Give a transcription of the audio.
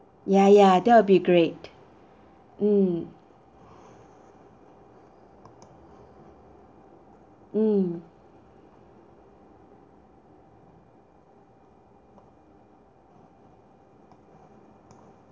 ya ya that will be great mm mm